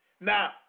Now